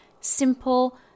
simple